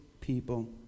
people